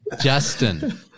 Justin